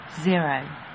zero